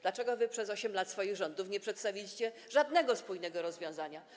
Dlaczego wy przez 8 lat swoich rządów nie przedstawiliście żadnego spójnego rozwiązania?